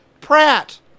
Pratt